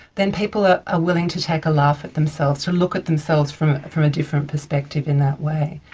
then people are are willing to take a laugh at themselves, to look at themselves from from a different perspective in that way.